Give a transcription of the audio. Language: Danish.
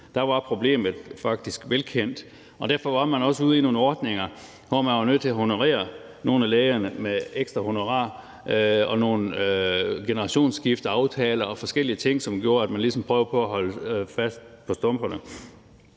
Der var problemet faktisk velkendt, og derfor var man også ude i nogle ordninger, hvor man var nødt til at honorere nogle af lægerne med ekstra honorar, generationsskifteaftaler og forskellige andre ting, som gjorde, at man ligesom prøvede på at holde sammen på stumperne.